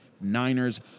Niners